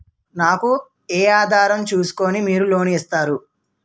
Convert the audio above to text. నాకు ఏ ఆధారం ను చూస్కుని మీరు లోన్ ఇస్తారు?